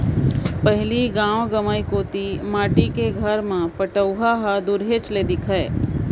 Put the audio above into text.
पहिली गॉव गँवई कोती माटी के घर म पटउहॉं ह दुरिहेच ले दिखय